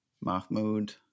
Mahmoud